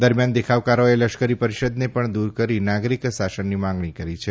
દરમિયાન દેખાવકારોએ લશ્કરી પરિષદને પણ દુર કરી નાગરિક શાસનની માંગણી કરી છે